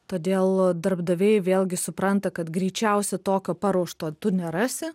todėl darbdaviai vėlgi supranta kad greičiausiai tokio paruošto tu nerasi